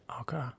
Okay